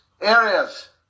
areas